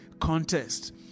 contest